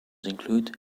include